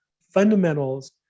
fundamentals